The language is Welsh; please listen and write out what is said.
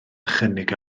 chynnig